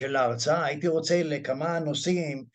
של ההרצאה, הייתי רוצה לכמה נושאים